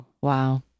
Wow